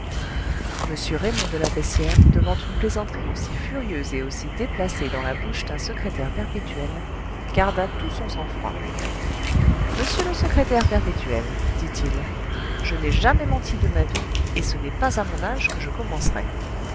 m raymond de la beyssière devant une plaisanterie aussi furieuse et aussi déplacée dans la bouche d'un secrétaire perpétuel garda tout son sang-froid monsieur le secrétaire perpétuel dit-il je n'ai jamais menti de ma vie et ce n'est pas à mon âge que je commencerai